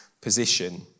position